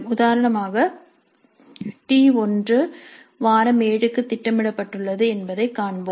உதாரணமாக T1 வாரம் 7 க்கு திட்டமிடப்பட்டுள்ளது என்பதைக் கண்டோம்